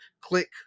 click